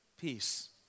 peace